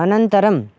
अनन्तरं